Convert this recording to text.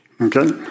Okay